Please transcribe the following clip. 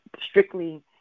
strictly